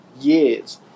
years